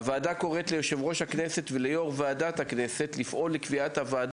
הוועדה קוראת ליושב-ראש הכנסת וליו"ר ועדת הכנסת לפעול לקביעת הוועדה